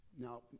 Now